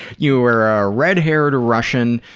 you were a red-haired russian.